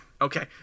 Okay